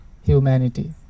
humanity